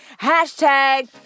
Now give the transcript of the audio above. Hashtag